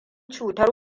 cutar